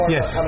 Yes